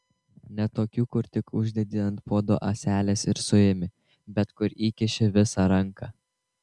ne tokių kur tik uždedi ant puodo ąselės ir suimi bet kur įkiši visą ranką